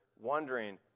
wondering